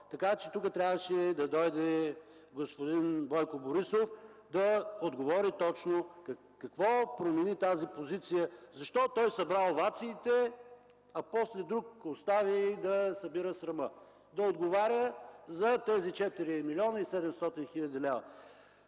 въпрос. Тук трябваше да дойде господин Бойко Борисов, за да отговори точно какво промени тази позиция, защо той събра овациите, а после друг остави да събира срама – да отговаря за тези 4 млн. 700 хил. евро?